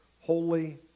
holy